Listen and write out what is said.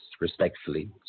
respectfully